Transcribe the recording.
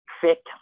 fit